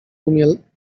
umie